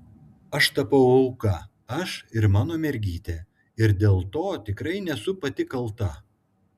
aš tapau auka aš ir mano mergytė ir dėl to tikrai nesu pati kalta